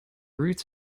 routes